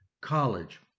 college